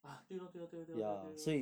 ah 对 lor 对 lor 对 lor 对 lor 对 lor 对 lor